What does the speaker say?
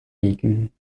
liegen